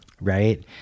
right